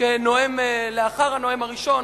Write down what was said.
כנואם לאחר הנאום הראשון.